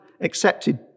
accepted